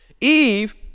Eve